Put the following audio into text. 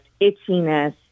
itchiness